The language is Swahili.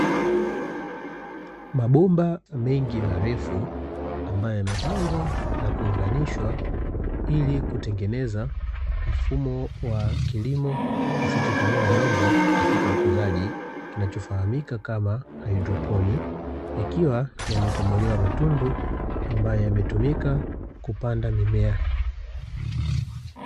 Mabomba mengi marefu ambayo yamepangwa na kuunganishwa ili kutengeneza mfumo wa kilimo kisicihotumia udongo katika ukuzaji kinachofahamika kama haidroponi, ikiwa yametobolewa matundu ambayo yametumika kupanda mimea.